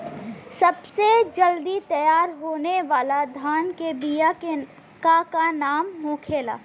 सबसे जल्दी तैयार होने वाला धान के बिया का का नाम होखेला?